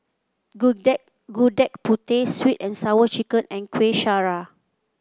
gudeg Gudeg Putih sweet and Sour Chicken and Kueh Syara